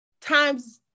times